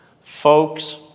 Folks